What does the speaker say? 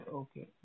okay